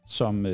som